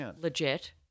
legit